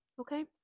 Okay